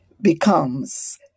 becomes